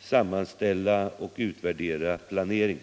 sammanställer och utvärderar planeringen.